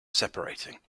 separating